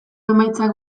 emaitzak